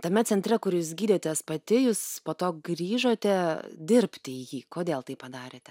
tame centre kur jūs gydėtės pati jūs po to grįžote dirbti į jį kodėl taip padarėte